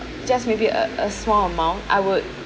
just maybe a a small amount I would